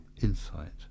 insight